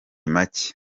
make